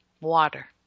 Water